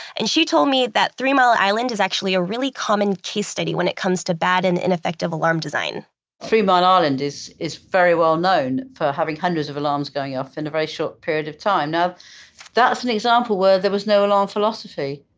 and she told me that three mile island is actually a really common case study when it comes to bad and ineffective alarm design three mile island is is very well-known for having hundreds of alarms going off in a very short period of time. now that's an example where there was no alarm philosophy,